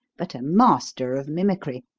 but a master of mimicry.